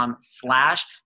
slash